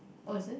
oh is it